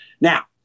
Now